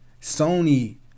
Sony